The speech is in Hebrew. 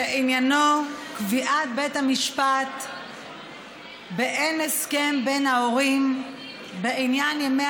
ועניינו קביעת בית המשפט באין הסכם בין ההורים בעניין ימי